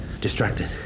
distracted